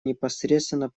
непосредственно